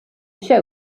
show